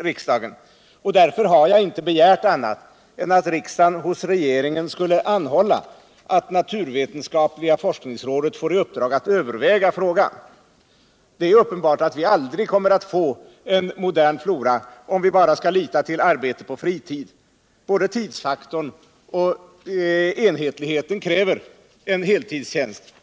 riksdagen, och därför har jag inte begärt annat än att riksdagen hos regeringen skulle anhålla att naturvetenskapliga forskningsrådet får i uppdrag all Överväga frågan. Det är uppenbart att vi aldrig kommer alt få en modern flora, om vi bara skall lita till arbete på fritid. Både tidsfaktorn och enhetligheten kräver en heltidstjänst.